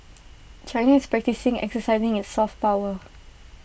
China is practising exercising its soft power